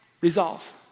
resolves